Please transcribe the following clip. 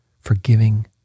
forgiving